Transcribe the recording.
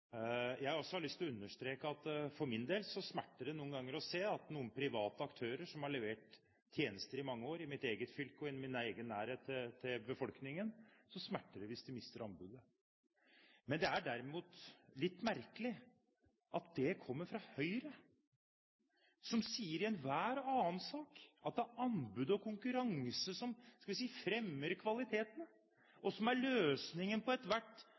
Jeg har også lyst til å understreke at for min del smerter det noen ganger å se at noen private aktører som har levert tjenester i mange år i mitt eget fylke og i min egen nærhet til befolkningen, mister anbudet. Men derimot er det litt merkelig at det kommer fra Høyre, som i enhver annen sak sier at det er anbud og konkurranse som – skal vi si – fremmer kvaliteten, og som er løsningen på omtrent ethvert